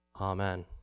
Amen